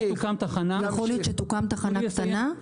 יכול להיות שתוקם תחנה קטנה?